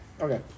Okay